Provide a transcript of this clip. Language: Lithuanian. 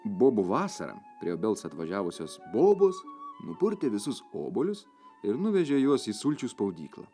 bobų vasarą prie obels atvažiavusios bobos nupurtė visus obuolius ir nuvežė juos į sulčių spaudyklą